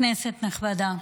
כנסת נכבדה,